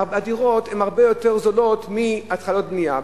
הדירות הן הרבה יותר זולות מהתחלות בנייה.